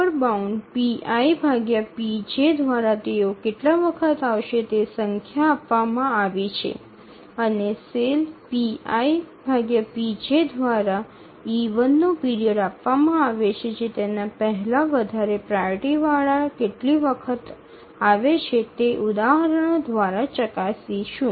⌈⌉ દ્વારા તેઓ કેટલા વખત આવશે તે સંખ્યા આપવામાં આવી છે અને ⌈⌉ દ્વારા e1 નો પીરિયડ આપવામાં આવે છે જે તેના પહેલાં વધારે પ્રાઓરિટીના વાળા કેટલી વખત આવે છે તે ઉદાહરણો દ્વારા ચકાસીશું